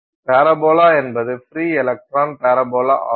parabola என்பது free electron parabola ஆகும்